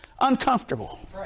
uncomfortable